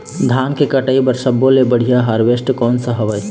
धान के कटाई बर सब्बो ले बढ़िया हारवेस्ट कोन सा हवए?